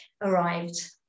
arrived